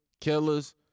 killers